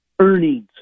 earnings